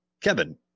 Kevin